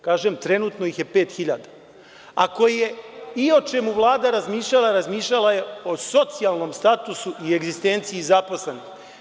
Kažem, trenutno ih je 5.000, ako je i o čemu Vlada razmišljala, razmišljala je o socijalnom statusu i egzistenciji zaposlenih.